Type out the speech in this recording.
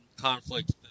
conflict